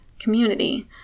Community